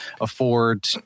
afford